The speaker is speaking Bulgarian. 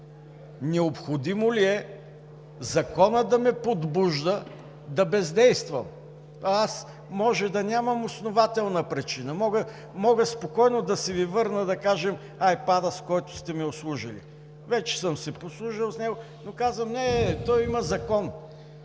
необходимо ли е законът да ме подбужда да бездействам, а аз може да нямам основателна причина, мога спокойно да си Ви върна, да кажем, айпада, с който сте ми услужили, вече съм си послужил с него, но казвам: неее, то има закон,